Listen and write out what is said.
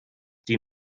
die